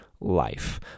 life